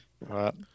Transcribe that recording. Right